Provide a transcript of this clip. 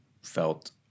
felt